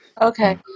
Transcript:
Okay